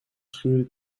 schuurde